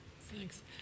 Thanks